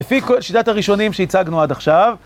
לפי כל... שיטת הראשונים שהצגנו עד עכשיו...